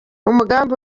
umugambi